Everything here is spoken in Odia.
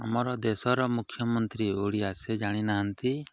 ଆମର ଦେଶର ମୁଖ୍ୟମନ୍ତ୍ରୀ ଓଡ଼ିଆ ସେ ଜାଣିନାହାନ୍ତି